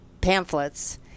pamphlets